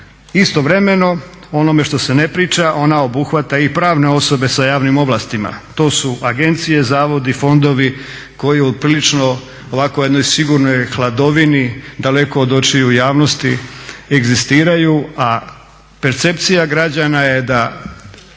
Istovremeno o onome što se ne priča ona obuhvaća i pravne osobe sa javnim ovlastima. To su agencije, zavodi, fondovi koji prilično ovako jednoj sigurnoj hladovini daleko od očiju javnosti egzistiraju, a percepcija građana je da